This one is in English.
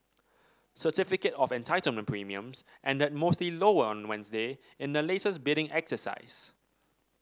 certificate of Entitlement premiums ended mostly lower on Wednesday in the latest bidding exercise